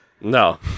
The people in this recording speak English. No